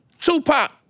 Tupac